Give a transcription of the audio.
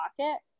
pocket